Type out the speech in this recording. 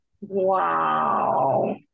Wow